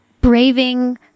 braving